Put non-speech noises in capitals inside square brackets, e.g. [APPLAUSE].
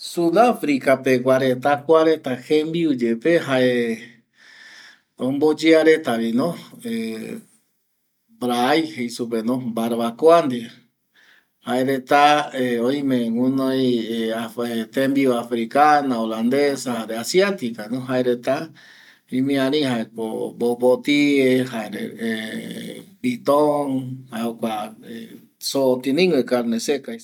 ﻿Sudafrica pegua reta, kuareta jembiu yepe jae [NOISE] omboyearetavino [HESITATION] braai jeisupeno barbacoa ndie, jaereta [HESITATION] oime gunoi [HESITATION] tembiu africano holandesa, jare asiaticano, jaereta imiari jaeko vovotie jare viton jae jokua soo otinigüe carne seca.